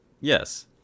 yes